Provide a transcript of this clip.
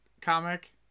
comic